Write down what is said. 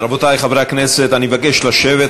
רבותי חברי הכנסת, אני אבקש לשבת.